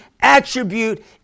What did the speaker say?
attribute